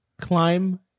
climb